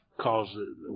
causes